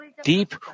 deep